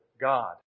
God